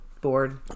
bored